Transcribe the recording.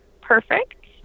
perfect